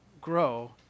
grow